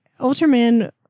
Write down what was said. Ultraman